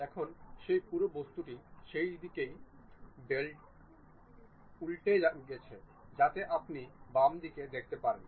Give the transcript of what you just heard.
এখন সেই পুরো বস্তুটি সেদিকেই উল্টে গেছে যাতে আপনি বামদিকটি দেখতে পাবেন